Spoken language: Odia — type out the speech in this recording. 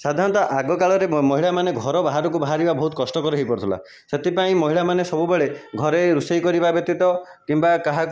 ସାଧାରଣତଃ ଆଗକାଳରେ ମହିଳାମାନେ ଘର ବାହାରକୁ ବାହାରିବା ବହୁତ କଷ୍ଟକର ହୋଇପଡ଼ୁଥିଲା ସେଥିପାଇଁ ମହିଳାମାନେ ସବୁବେଳେ ଘରେ ରୋଷେଇ କରିବା ବ୍ୟତୀତ କିମ୍ବା କାହା